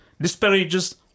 disparages